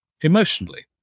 emotionally